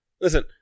Listen